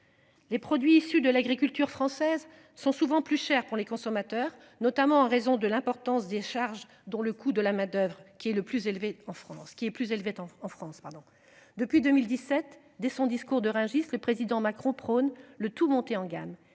Les produits issus de l'agriculture française sont souvent plus chers pour les consommateurs, notamment en raison de l'importance des charges dont le coût de la main-d'oeuvre qui est le plus élevé en France qui est plus élevé en France. Pardon. Depuis 2017, dès son discours de Rungis. Le président Macron prône le tout monter en gamme